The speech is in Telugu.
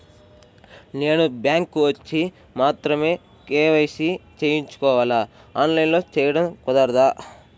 నేను బ్యాంక్ వచ్చి మాత్రమే కే.వై.సి చేయించుకోవాలా? ఆన్లైన్లో చేయటం కుదరదా?